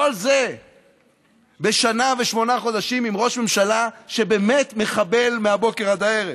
כל זה בשנה ושמונה חודשים עם ראש ממשלה שבאמת מחבל מהבוקר עד הערב.